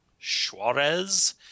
Suarez